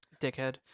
Dickhead